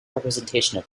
representation